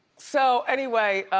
so, anyway,